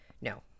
No